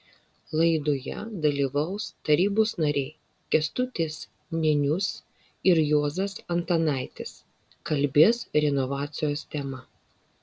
laidoje dalyvaus tarybos nariai kęstutis nėnius ir juozas antanaitis kalbės renovacijos tema